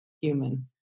human